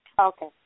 Okay